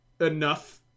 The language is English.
enough